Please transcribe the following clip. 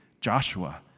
Joshua